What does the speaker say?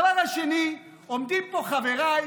הדבר השני: עומדים פה חבריי